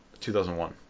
2001